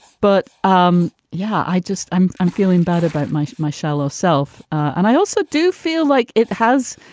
but, um yeah, i just i'm i'm feeling bad about my my shallow self. and i also do feel like it has,